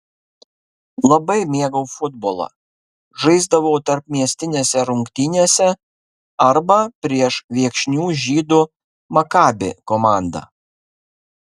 labai mėgau futbolą žaisdavau tarpmiestinėse rungtynėse arba prieš viekšnių žydų makabi komandą